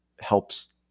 helps